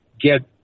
get